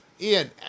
Ian